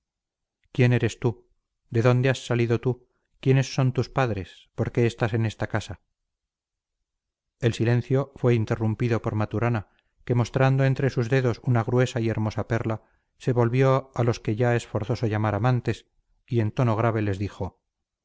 quién eres tú de dónde has salido tú quiénes son tus padres por qué estás en esta casa el silencio fue interrumpido por maturana que mostrando entre sus dedos una gruesa y hermosa perla se volvió a los que ya es forzoso llamar amantes y en tono grave les dijo